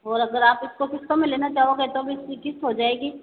और अगर आप इसको किस्तों में लेना चाहोगे तो भी इसकी किस्त हो जाएगी